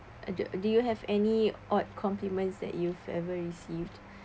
uh do you have any odd compliments that you've ever received